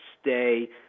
stay